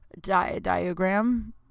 diagram